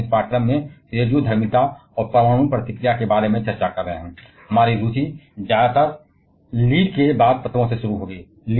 जैसा कि हम इस पाठ्यक्रम में रेडियोधर्मिता और परमाणु प्रतिक्रिया के बारे में चर्चा कर रहे हैं हमारी रुचि ज्यादातर लीड के बाद तत्वों से शुरू होगी